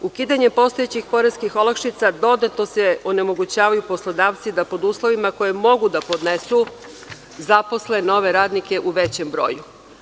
Ukidanjem postojećih poreskih olakšica dodatno se onemogućavaju poslodavci da pod uslovima koje mogu da podnesu zaposle nove radnike u većem broju.